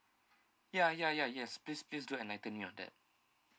ya ya ya yes please please do enlighten me on that